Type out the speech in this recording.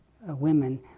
women